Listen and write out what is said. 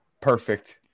perfect